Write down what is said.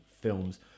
films